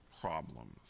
problems